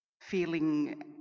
feeling